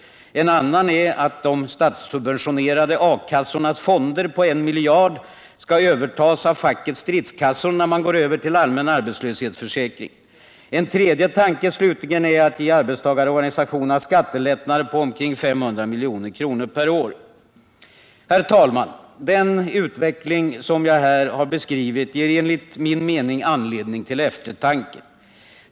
En annan är att de statssubventionerade A-kassornas fonder på 1 miljard kronor skall övertas av fackets stridskassor, när man går över till allmän arbetslöshetsförsäkring. En tredje tanke slutligen är att ge arbetstagarorganisationerna skattelättnader på omkring 500 milj.kr. per år. Herr talman! Den utveckling som jag här har beskrivit ger enligt min mening anledning till eftertanke.